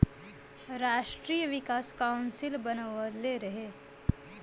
राष्ट्रीय विकास काउंसिल बनवले रहे